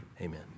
Amen